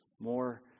more